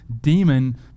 demon